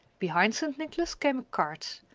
behind st. nicholas came a cart,